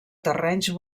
terrenys